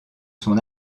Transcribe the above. son